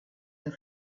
and